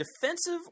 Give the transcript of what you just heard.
defensive